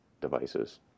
devices